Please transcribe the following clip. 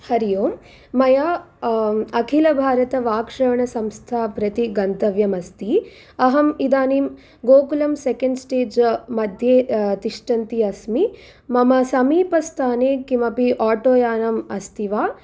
हरि ओम् मया अखिलभारतवाक्श्रवणसंस्था प्रति गन्तव्यम् अस्ति अहम् इदानीं गोकुलं सेकेण्ड् स्टेज् मध्ये तिष्ठन्ती अस्मि मम समीपस्थाने किमपि आटो यानम् अस्ति वा